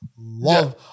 love